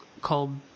called